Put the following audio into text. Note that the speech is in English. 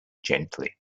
gently